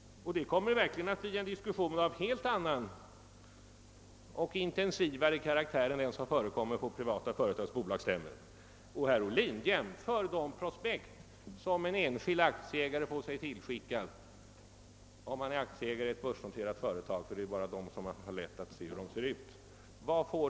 Det kommer verkligen att bli en diskussion av en helt annan och intensivare karaktär än den som förekommer på privata företags bolagsstämmor. Vad får aktieägaren reda på om det privata aktiebolaget, herr Ohlin, genom de prospekt om nyoch fondemissioner som tillskickas honom om han är aktieägare i ett börsnoterat företag — det är ju bara dessa som man lätt kan få en uppfattning om?